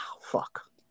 fuck